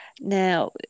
Now